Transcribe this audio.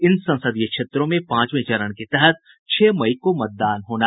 इन संसदीय क्षेत्रों में पांचवे चरण के तहत छह मई को मतदान कराया जायेगा